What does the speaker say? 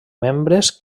membres